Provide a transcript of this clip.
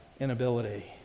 inability